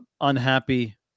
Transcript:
unhappy